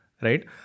right